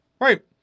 Right